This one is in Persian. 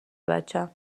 بچم